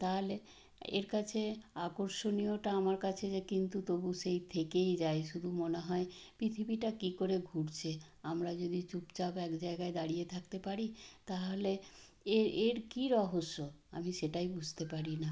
তাহালে এর কাছে আকর্ষণীয়টা আমার কাছে যে কিন্তু তবু সেই থেকেই যায় শুধু মনে হয় পৃথিবীটা কী করে ঘুরছে আমরা যদি চুপচাপ এক জায়গায় দাঁড়িয়ে থাকতে পারি তাহলে এর এর কী রহস্য আমি সেটাই বুঝতে পারি না